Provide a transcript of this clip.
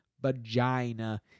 vagina